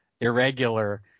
irregular